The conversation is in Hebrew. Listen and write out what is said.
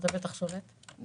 אני